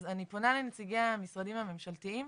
אז, אני פונה לנציגי המשרדים הממשלתיים,